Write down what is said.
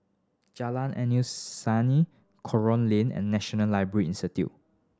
Jalan Senin Kerong Lane and National Library Institute